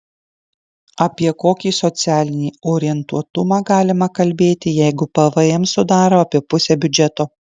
apie kokį socialinį orientuotumą galima kalbėti jeigu pvm sudaro apie pusę biudžeto